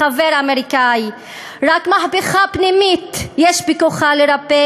לחבר אמריקני: רק מהפכה פנימית יש בכוחה לרפא